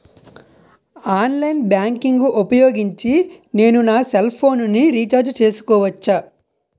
Online banking ఊపోయోగించి నేను నా సెల్ ఫోను ని రీఛార్జ్ చేసుకోవచ్చా?